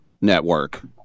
network